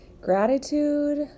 Gratitude